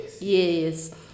Yes